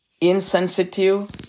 insensitive